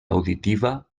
auditiva